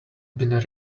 been